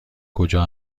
کجا